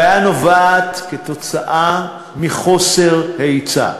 הבעיה נובעת מחוסר היצע.